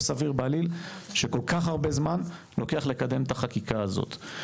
בעליל שכל כך הרבה זמן לוקח לקדם את החקיקה הזאת.